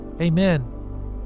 Amen